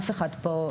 אף אחד פה,